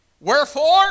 wherefore